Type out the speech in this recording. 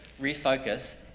refocus